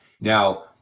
Now